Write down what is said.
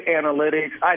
analytics